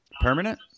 Permanent